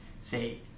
say